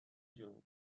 جون